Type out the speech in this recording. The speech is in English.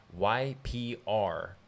YPR